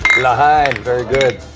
l'chaim. very good.